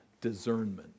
discernment